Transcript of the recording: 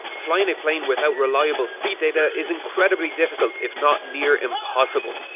flying a plane without reliable speed data, is incredibly difficult, if not near impossible.